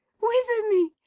wither me,